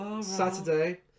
Saturday